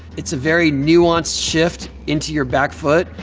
it's a very nuanced shift into your back foot,